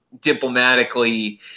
diplomatically